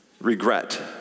regret